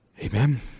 Amen